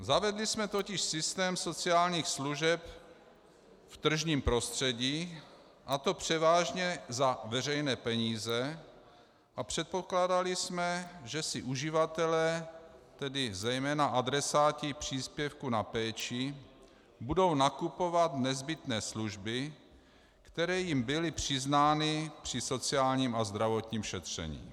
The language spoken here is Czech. Zavedli jsme totiž systém sociálních služeb v tržním prostředí, a to převážně za veřejné peníze, a předpokládali jsme, že si uživatelé, tedy zejména adresáti příspěvku na péči, budou nakupovat nezbytné služby, které jim byly přiznány při sociálním a zdravotním šetření.